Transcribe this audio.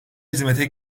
hizmete